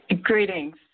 Greetings